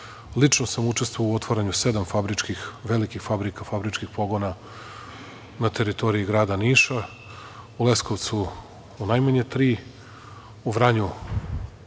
Lično sam učestvovao u otvaranju sedam fabričkih, velikih fabrika, fabričkih pogona na teritoriji grada Niša, u Leskovcu najmanje tri, u Vranju,